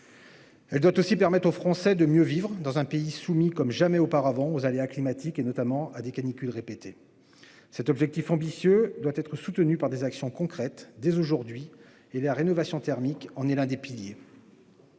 Elle doit aussi permettre aux Français de mieux vivre, dans un pays soumis, comme jamais auparavant, aux aléas climatiques, notamment à des canicules répétées. Cet objectif ambitieux doit être soutenu par des actions concrètes, dès aujourd'hui, et la rénovation thermique en est l'un des piliers.